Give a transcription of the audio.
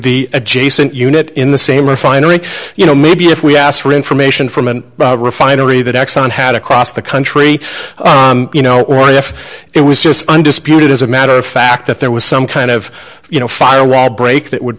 the adjacent unit in the same refinery you know maybe if we asked for information from a refinery that exxon had across the country you know or if it was just undisputed as a matter of fact that there was some kind of you know fire break that would